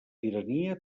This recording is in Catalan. tirania